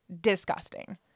Disgusting